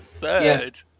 third